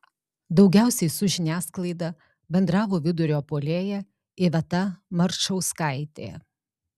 daugiausiai su žiniasklaida bendravo vidurio puolėja iveta marčauskaitė